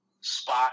spot